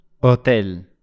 Hotel